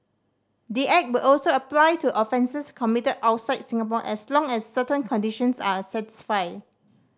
the Act will also apply to offences committed outside Singapore as long as certain conditions are satisfied